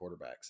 quarterbacks